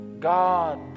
God